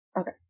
Okay